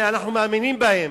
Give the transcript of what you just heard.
ואנחנו מאמינים בהם,